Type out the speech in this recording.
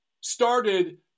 started